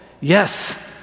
yes